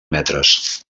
metres